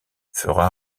fera